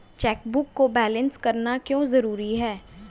Chequebook को balance करना क्यों जरूरी है?